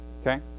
okay